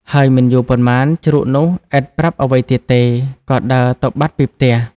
ហើយមិនយូរប៉ុន្មាន ជ្រូកនោះឥតប្រាប់អ្វីទៀតទេ ក៏ដើរទៅបាត់ពីផ្ទះ។